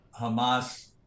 Hamas